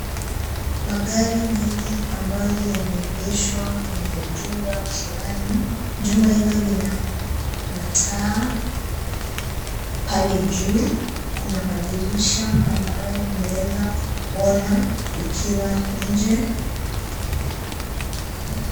Magari mengi ambayo yameegeshwa kwenye chumba fulani. Chumba hilo lina mataa. Pale juu kuna madirisha ambayo unaweza ona ukiwa nje.